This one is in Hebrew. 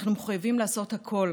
אנחנו מחויבים לעשות הכול